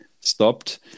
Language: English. stopped